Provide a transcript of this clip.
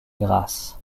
grâce